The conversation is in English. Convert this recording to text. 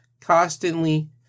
constantly